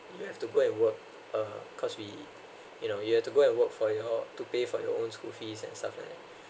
you have to go and work uh cause we you know you have to go and work for your to pay for your own school fees and stuff like that